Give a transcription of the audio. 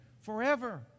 forever